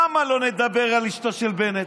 למה לא לדבר על אשתו של בנט?